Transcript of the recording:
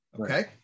okay